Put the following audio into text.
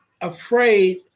afraid